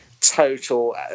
total